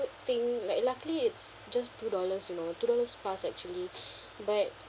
thing like luckily it's just two dollars you know two dollars plus actually but